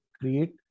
create